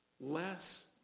less